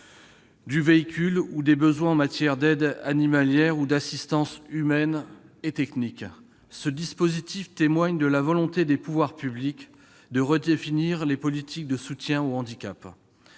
du véhicule que les besoins en matière d'aide animalière ou d'assistance humaine et technique. Ce dispositif témoigne de la volonté des pouvoirs publics de redéfinir les politiques de soutien au handicap.